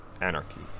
anarchy